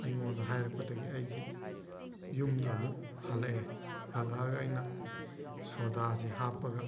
ꯑꯩꯉꯣꯟꯗ ꯍꯥꯏꯔꯛꯄꯗꯒꯤ ꯑꯩꯁꯤ ꯌꯨꯝꯗ ꯑꯃꯨꯛ ꯍꯜꯂꯛꯑꯦ ꯍꯜꯂꯛꯑꯒ ꯑꯩꯅ ꯁꯣꯗꯥꯁꯦ ꯍꯥꯞꯄꯒ